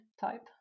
type